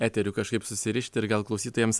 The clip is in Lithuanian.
eteriu kažkaip susirišti ir gal klausytojams